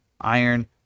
iron